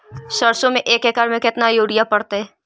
सरसों में एक एकड़ मे केतना युरिया पड़तै?